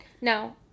No